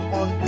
on